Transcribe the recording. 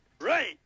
Right